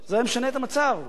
היה מקל על מצוקתם של החלשים.